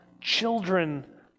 children